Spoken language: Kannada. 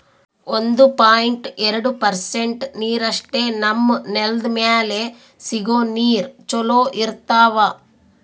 ಒಂದು ಪಾಯಿಂಟ್ ಎರಡು ಪರ್ಸೆಂಟ್ ನೀರಷ್ಟೇ ನಮ್ಮ್ ನೆಲ್ದ್ ಮ್ಯಾಲೆ ಸಿಗೋ ನೀರ್ ಚೊಲೋ ಇರ್ತಾವ